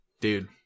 Dude